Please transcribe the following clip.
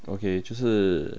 okay 就是